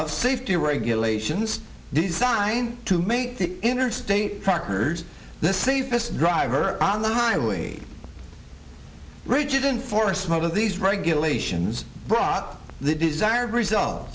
of safety regs relations designed to make the interstate partners the safest driver on the highway bridges enforcement of these regulations brought the desired result